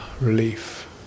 Relief